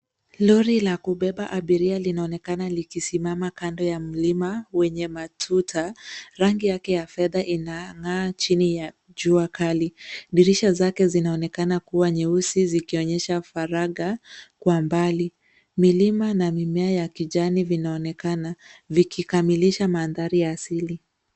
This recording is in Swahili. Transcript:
Lori la kubeba abiria linaonekana likisimama kando ya mlima wenye matuta. Rangi yake ya fedha inang'aa chini ya jua kali. Dirisha zake zinaonekana kuwa nyeusi zikionyesha faragha kwa mbali. Milima na mimea ya kijani vinaonekana vikikamilisha mandhari ya asili.